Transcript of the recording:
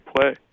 play